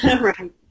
Right